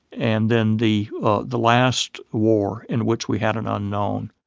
and then the the last war in which we had an unknown.